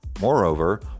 Moreover